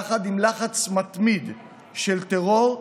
יחד עם לחץ מתמיד של טרור,